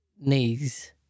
knees